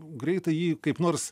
greitai jį kaip nors